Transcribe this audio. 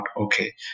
okay